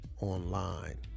online